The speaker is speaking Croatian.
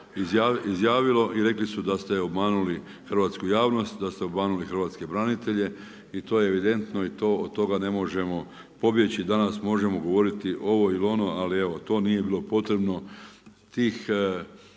izjavilo i rekli su da ste obmanuli hrvatsku javnost, da ste obmanuli hrvatske branitelje i to je evidentno i od toga ne možemo pobjeći. I danas možemo govoriti ovo ili ono ali evo to nije bilo potrebno. Tih